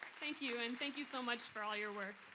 thank you, and thank you so much for all your work.